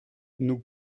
nous